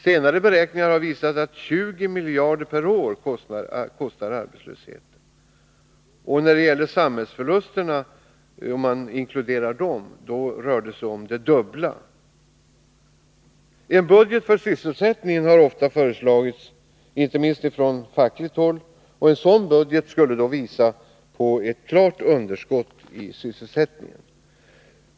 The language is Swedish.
Senare beräkningar har visat att arbetslösheten kostar 20 miljarder per år. Och om man inkluderar samhällsförlusterna, rör det sig om det dubbla. En budget för sysselsättningen har ofta föreslagits — inte minst från fackligt håll. En sådan budget skulle visa på ett klart underskott i sysselsättningen.